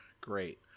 great